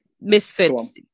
Misfits